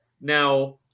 now